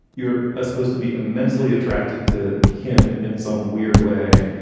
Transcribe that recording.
you're ah supposed to be immensely attracted to him in some weird way.